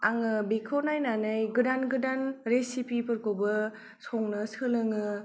आङो बिखौ नायनानै गोदान गोदान रेसिफिफोरखौबो संनो सोलोङो